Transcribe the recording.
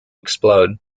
explode